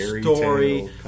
story